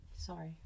Sorry